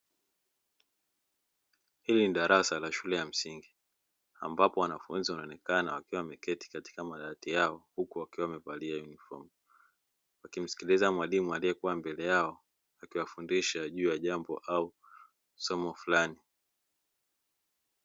Hili ni darasa la shule ya msingi, ambapo wanafunzi wanaonekana wakiwa wameketi katika madawati yao huku wamevalia yunifomu, wakimsikiliza mwalimu aliyekuwa mbele yao, akiwafundisha juu ya jambo au somo fulani.